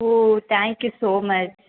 O thank you so much